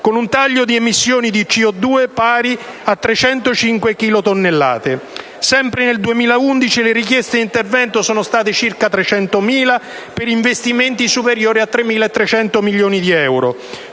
con un taglio di emissioni di CO2 pari a 305 chilotonnellate. Sempre nel 2011, le richieste di intervento sono state circa 300.000, per investimenti superiori a 3.300 milioni di euro,